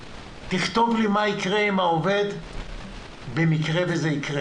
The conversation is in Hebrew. תכתוב לי מה יקרה עם העובד במקרה וזה יקרה